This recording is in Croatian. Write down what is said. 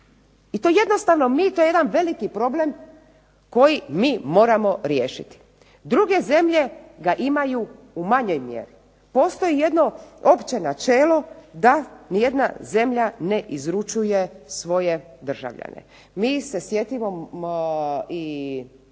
to je jednostavno jedan veliki problem koji mi moramo riješiti. Druge zemlje ga imaju u manjoj mjeri. Postoji jedno opće načelo da ni jedna zemlja ne izručuje svoje državljane. Mi se sjetimo i